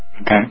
Okay